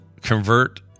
convert